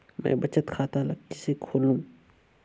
मैं बचत खाता ल किसे खोलूं?